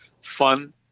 fun